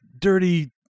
dirty